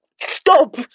stop